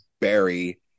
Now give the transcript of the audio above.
Barry